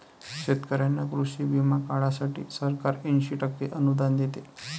शेतकऱ्यांना कृषी विमा काढण्यासाठी सरकार ऐंशी टक्के अनुदान देते